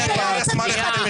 אין לך הבנה מינימלית.